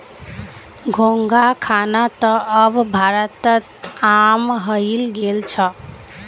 घोंघा खाना त अब भारतत आम हइ गेल छ